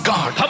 God